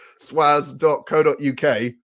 swaz.co.uk